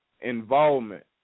involvement